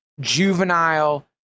juvenile